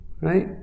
Right